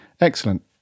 Excellent